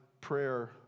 prayer